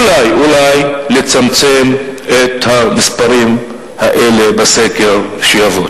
אולי, אולי, לצמצם את המספרים האלה בסקר שיבוא.